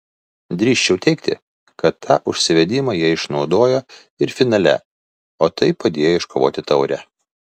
drįsčiau teigti kad tą užsivedimą jie išnaudojo ir finale o tai padėjo iškovoti taurę